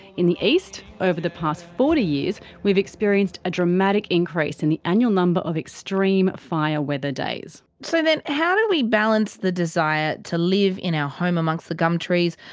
in the east, over the past forty years we've experienced a dramatic increase in the annual number of extreme fire weather days. so how do we balance the desire to live in our home among so the gumtrees,